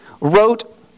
wrote